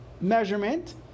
measurement